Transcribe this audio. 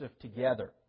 together